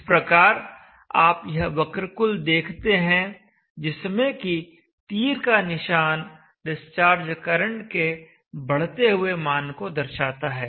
इस प्रकार आप यह वक्रकुल देखते हैं जिसमें कि तीर का निशान डिस्चार्ज करंट id के बढ़ते हुए मान को दर्शाता है